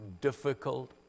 difficult